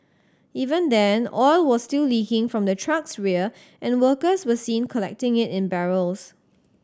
even then oil was still leaking from the truck's rear and workers were seen collecting it in barrels